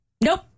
Nope